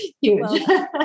huge